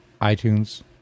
iTunes